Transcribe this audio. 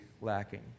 lacking